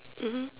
mmhmm